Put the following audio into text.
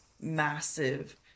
massive